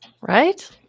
right